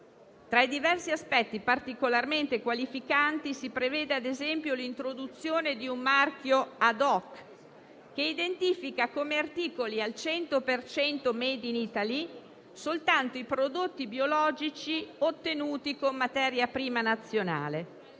Tra i diversi aspetti particolarmente qualificanti, si prevede ad esempio l'introduzione di un marchio *ad hoc*, che identifica come articoli al 100 per cento *made in Italy* soltanto i prodotti biologici ottenuti con materia prima nazionale.